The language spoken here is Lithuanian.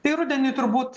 tai rudenį turbūt